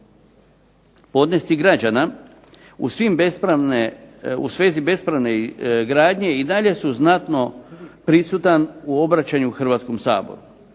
Podnesci građana u svezi bespravne gradnje i dalje su znatno prisutan u obraćanju Hrvatskom saboru.